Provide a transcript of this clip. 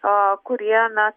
kurie na